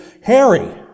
Harry